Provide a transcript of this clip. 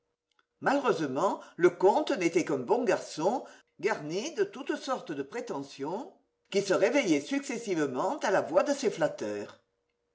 malheureusement le comte n'était qu'un bon garçon garni de toutes sortes de prétentions qui se réveillaient successivement à la voix de ses flatteurs